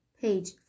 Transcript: page